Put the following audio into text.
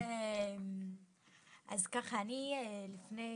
אני לפני